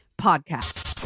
Podcast